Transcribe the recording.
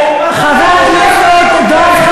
אתה פוגע בדמוקרטיה.